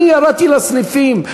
אני ירדתי לסניפים,